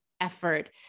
effort